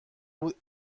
بود